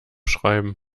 schreiben